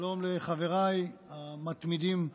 שלום לחבריי המתמידים בנשף.